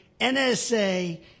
NSA